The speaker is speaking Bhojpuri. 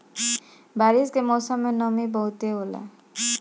बारिश के मौसम में नमी बहुते होला